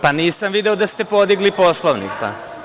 Pa, nisam video da ste podigli Poslovnik.